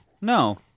no